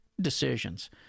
decisions